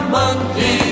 monkey